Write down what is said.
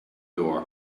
door